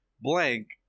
blank